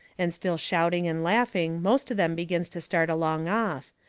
and still shouting and laughing most of them begins to start along off.